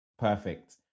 perfect